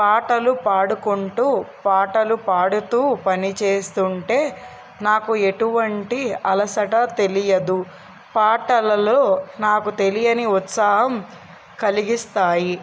పాటలు పాడుకుంటు పాటలు పాడుతు పనిచేస్తు ఉంటే నాకు ఎటువంటి అలసట తెలియదు పాటలలో నాకు తెలియని ఉత్సాహం కలిగిస్తాయి